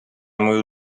мою